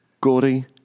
Gordy